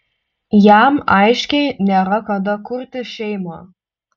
jam aiškiai nėra kada kurti šeimą